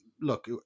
look